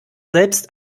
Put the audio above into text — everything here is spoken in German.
selbst